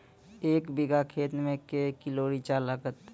एक बीघा खेत मे के किलो रिचा लागत?